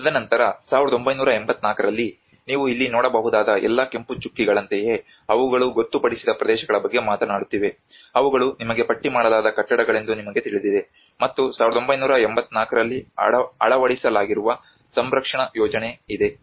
ತದನಂತರ 1984 ರಲ್ಲಿ ನೀವು ಇಲ್ಲಿ ನೋಡಬಹುದಾದ ಎಲ್ಲಾ ಕೆಂಪು ಚುಕ್ಕೆಗಳಂತೆಯೇ ಅವುಗಳು ಗೊತ್ತುಪಡಿಸಿದ ಪ್ರದೇಶಗಳ ಬಗ್ಗೆ ಮಾತನಾಡುತ್ತಿವೆ ಅವುಗಳು ನಿಮಗೆ ಪಟ್ಟಿ ಮಾಡಲಾದ ಕಟ್ಟಡಗಳೆಂದು ನಿಮಗೆ ತಿಳಿದಿದೆ ಮತ್ತು 1984 ರಲ್ಲಿ ಅಳವಡಿಸಲಾಗಿರುವ ಸಂರಕ್ಷಣಾ ಯೋಜನೆ ಇದೆ